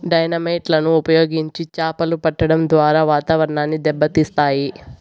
dynamite లను ఉపయోగించి చాపలు పట్టడం ద్వారా వాతావరణాన్ని దెబ్బ తీస్తాయి